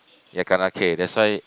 ya kena K that's why